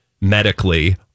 medically